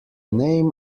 name